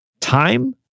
time